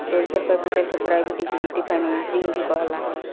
venture capital के private equity financing भी कहाला